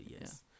yes